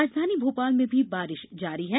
राजधानी भोपाल में भी बारिश जारी है